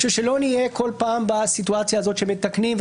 כדי שלא נהיה בכל פעם בסיטואציה הזאת שמתקנים,